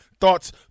Thoughts